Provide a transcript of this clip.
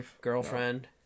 girlfriend